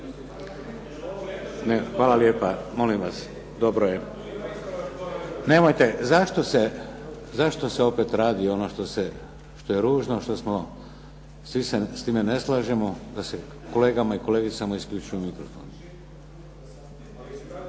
hvala lijepa. Molim vas. Dobro je. Nemojte. Zašto se opet radi ono što je ružno, što smo, svi se s time ne slažemo da se kolegama i kolegicama isključuje mikrofon? I